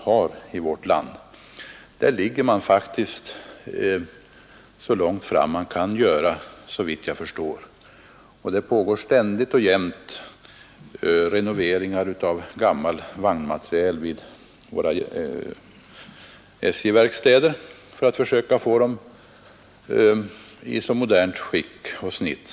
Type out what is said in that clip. Såvitt jag förstår ligger SJ på detta område mycket långt framme, och det pågår ständigt och jämt renoveringar av gamla vagnar vid SJ-verkstäderna för att dessa skall bli så moderna som möjligt.